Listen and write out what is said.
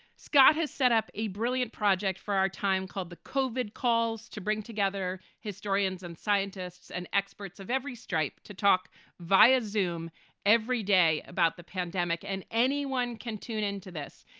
scott has set up a brilliant project for our time called the covered calls to bring together historians and scientists and experts of every stripe to talk via xoom every day about the pandemic. and anyone can tune into this.